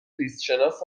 زیستشناس